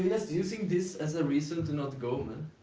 just using this as a reason to not go, um and